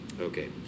Okay